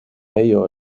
ello